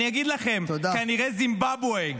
אני אגיד לכם, כנראה זימבבואה.